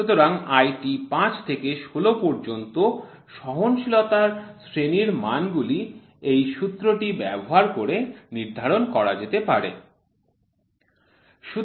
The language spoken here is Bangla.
সুতরাং IT5 থেকে ১৬ পর্যন্ত সহনশীলতার শ্রেণীর মানগুলি এই সূত্রটি ব্যবহার করে নির্ধারণ করা যেতে পারে